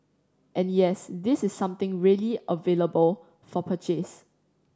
and yes this is something really available for purchase